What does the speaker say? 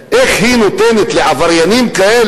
כאשר היו הצעות חוק שעניינן מתן זיכוי במס הכנסה בעבור הוצאות